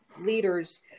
leaders